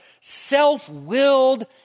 self-willed